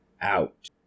out